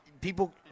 people